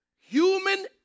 human